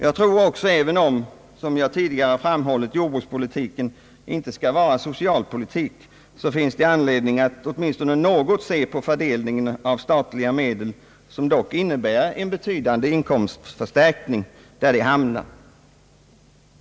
Jag tror också, även om — som jag tidigare framhållit — jordbrukspoliti ken inte skall vara socialpolitik, att det finns anledning att åtminstone något se på fördelningen av statliga medel, som dock innebär betydande inkomstförstärkningar, där de hamnar.